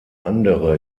andere